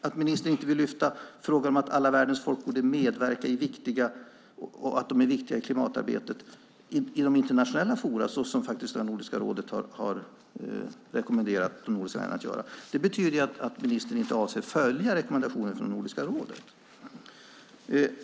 Att ministern inte vill lyfta upp frågan om att alla världens folk borde medverka och är viktiga i klimatarbetet inom internationella forum, såsom faktiskt Nordiska rådet har rekommenderat de nordiska länderna att göra, betyder att ministern inte avser följa rekommendationen från Nordiska rådet.